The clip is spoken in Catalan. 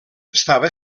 estava